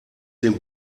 den